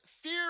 fear